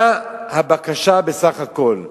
מה הבקשה, בסך הכול?